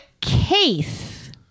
case